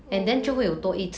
oo